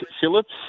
Phillips